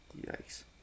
Yikes